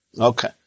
Okay